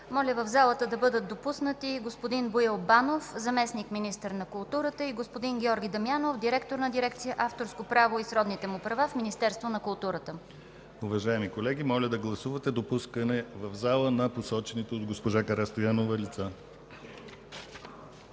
моля в залата да бъдат допуснати господин Боил Банов – заместник-министър на културата, и господин Георги Дамянов – директор на Дирекция „Авторско право и сродните му права” в Министерството на културата. ПРЕДСЕДАТЕЛ ДИМИТЪР ГЛАВЧЕВ: Уважаеми колеги, моля да гласувате допускане в залата на посочените от госпожа Карастоянова лица.